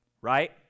right